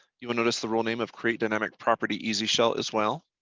you will notice the role name of create dynamic property easy shell as well.